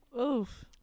Oof